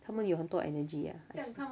他们有很多 energy ah